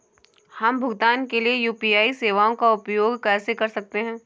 हम भुगतान के लिए यू.पी.आई सेवाओं का उपयोग कैसे कर सकते हैं?